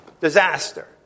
Disaster